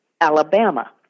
Alabama